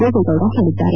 ದೇವೇಗೌಡ ಹೇಳಿದ್ದಾರೆ